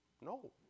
No